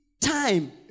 time